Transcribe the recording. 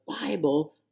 Bible